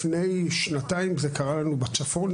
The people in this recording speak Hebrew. לפני שנתיים זה קרה לנו בצפון,